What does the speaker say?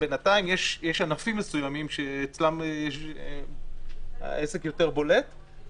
בינתיים יש ענפים מסוימים שאצלם זה בולט יותר.